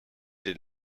did